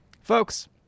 Folks